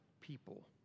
people